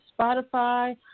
Spotify